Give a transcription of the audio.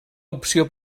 opció